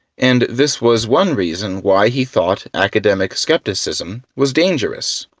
and this was one reason why he thought academic skepticism was dangerous.